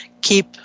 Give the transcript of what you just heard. keep